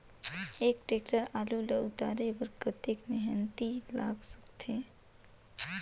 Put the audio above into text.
एक टेक्टर आलू ल उतारे बर कतेक मेहनती लाग सकथे?